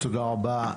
תודה רבה.